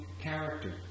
character